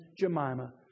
Jemima